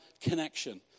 connection